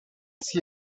see